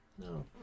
No